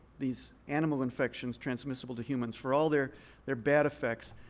these animal infections transmissible to humans, for all their their bad effects,